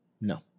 no